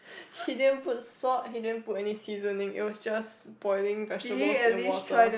he didn't put salt he didn't put any seasoning it was just boiling vegetables and water